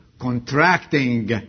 contracting